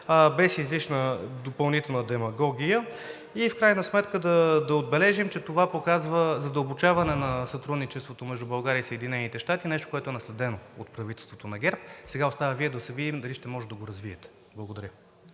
без излишна допълнителна демагогия. В крайна сметка да отбележим, че това показва задълбочаване на сътрудничеството между България и Съединените щати – нещо, което е наследено от правителството на ГЕРБ. Сега остава да видим дали Вие ще може да го развиете. Благодаря.